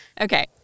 Okay